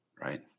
Right